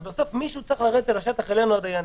בסוף מישהו צריך לרדת לשטח אלינו הדיינים,